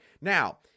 Now